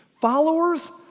followers